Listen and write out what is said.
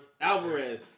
Alvarez